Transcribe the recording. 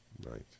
Right